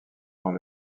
dans